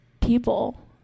people